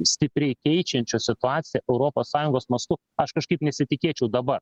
stipriai keičiančio situaciją europos sąjungos mastu aš kažkaip nesitikėčiau dabar